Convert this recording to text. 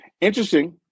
Interesting